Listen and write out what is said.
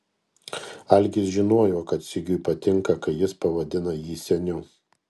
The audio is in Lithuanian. algis žinojo kad sigiui patinka kai jis pavadina jį seniu